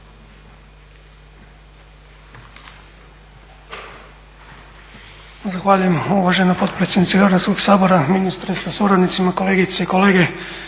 Zahvaljujem uvažena potpredsjednice Hrvatskog sabora, ministre sa suradnicima, kolegice i kolege.